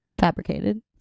fabricated